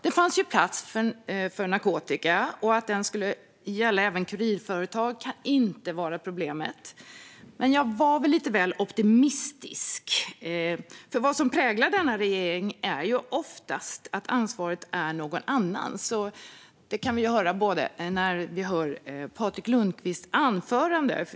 Det fanns plats för frågan om narkotika, och att det skulle gälla även kurirföretag kan inte vara problemet. Men jag var väl lite väl optimistisk, för vad som präglar denna regering är oftast att ansvaret är någon annans. Det kan vi höra även i Patrik Lundqvists anförande.